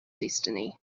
destiny